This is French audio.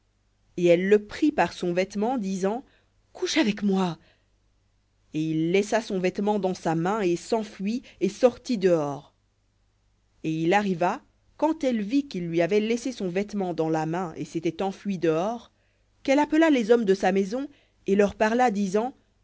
et elle le prit par son vêtement disant couche avec moi et il laissa son vêtement dans sa main et s'enfuit et sortit dehors et il arriva quand elle vit qu'il lui avait laissé son vêtement dans la main et s'était enfui dehors quelle appela les hommes de sa maison et leur parla disant